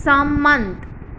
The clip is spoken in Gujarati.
સંમત